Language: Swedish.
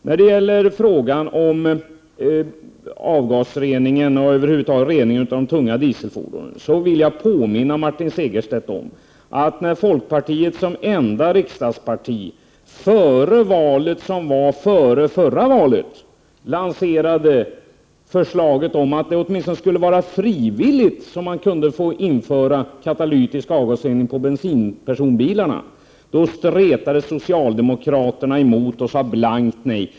När det gäller frågan om reningen av avgaserna från de tunga dieselfordonen vill jag påminna Martin Segerstedt om att när folkpartiet som enda riksdagsparti före förförra valet lanserade förslaget om att man åtminstone frivilligt skulle kunna få införa katalytisk avgasrening på bensinpersonbilarna stretade socialdemokraterna emot och sade blankt nej.